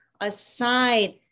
aside